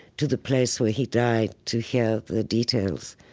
to the place where he died to hear the details.